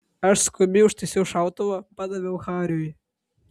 aš skubiai užtaisiau šautuvą padaviau hariui